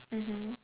mmhmm